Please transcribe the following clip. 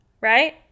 right